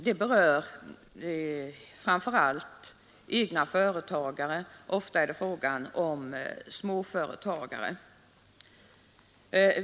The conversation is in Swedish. Det berör framför allt egna företagare, ofta småföretagare.